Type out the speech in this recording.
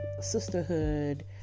sisterhood